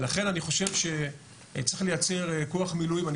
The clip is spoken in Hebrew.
לכן אני חושב שצריך לייצר כוח מילואים,